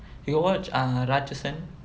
you got watch err Ratsasan